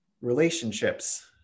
relationships